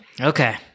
Okay